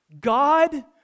God